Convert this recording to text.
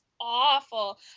awful